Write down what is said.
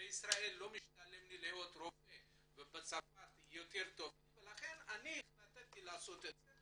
בישראל לא משתלם להיות רופא ובצרפת יותר טוב ולכן החליטו לעשות את זה,